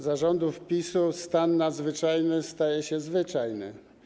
Za rządów PiS-u stan nadzwyczajny staje się zwyczajny.